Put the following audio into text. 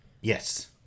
yes